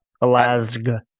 Alaska